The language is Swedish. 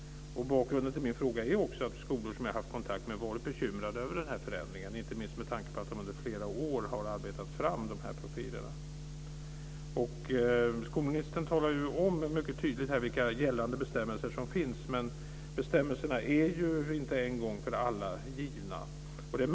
Bakgrunden till min fråga är att skolor som jag har varit i kontakt med har varit bekymrade över förändringen, inte minst med tanke på att de under flera år har arbetat fram profilerna. Skolministern talade mycket tydligt om vilka gällande bestämmelser som finns. Bestämmelserna är inte en gång för alla givna.